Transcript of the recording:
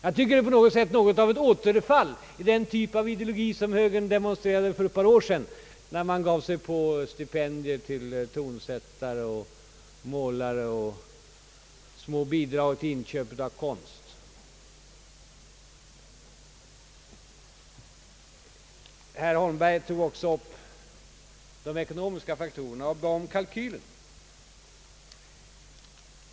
Jag tycker att detta är något av ett återfall till den typ av ideologi som högern demonstrerade för ett par år sedan, när den gav sig på stipendier till tonsättare och målare och smärre bidrag till inköp av konst. Herr Holmberg tog också upp de ekonomiska faktorerna och bad om kalkylerna.